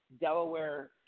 Delaware